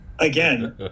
Again